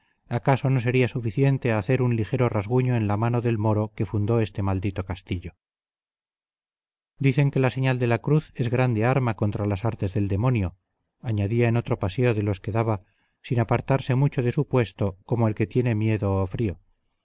acaso no sería suficiente a hacer un ligero rasguño en la mano del moro que fundó este maldito castillo dicen que la señal de la cruz es grande arma contra las artes del demonio añadía en otro paseo de los que daba sin apartarse mucho de su puesto como el que tiene miedo o frío